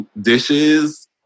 dishes